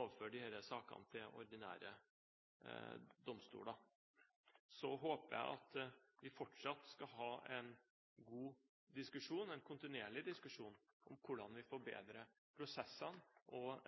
overføre disse sakene til de ordinære domstolene. Så håper jeg at vi fortsatt skal ha en god diskusjon – en kontinuerlig diskusjon – om hvordan vi forbedrer prosessene og